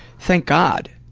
thank god.